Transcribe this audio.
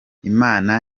imana